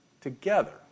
together